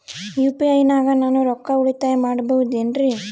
UPI ನಾಗ ನಾನು ರೊಕ್ಕ ಉಳಿತಾಯ ಮಾಡಬಹುದೇನ್ರಿ?